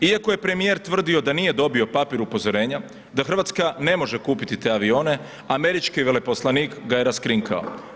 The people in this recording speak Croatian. Iako je premijer tvrdio da nije dobio papir upozorenja, da Hrvatska ne može kupiti te avione, američki veleposlanik ga je raskrinkao.